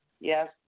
Yes